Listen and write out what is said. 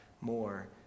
more